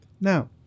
Now